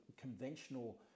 conventional